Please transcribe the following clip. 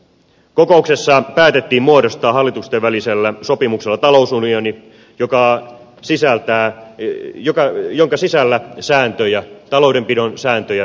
kokouksessa päätettiin muodostaa hallitusten välisellä sopimuksella talousunioni jonka sisällä taloudenpidon sääntöjä tiukennetaan